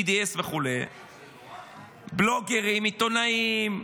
BDS וכו', בלוגרים, עיתונאים,